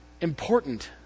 important